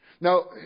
Now